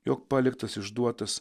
jog paliktas išduotas